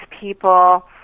people